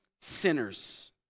sinners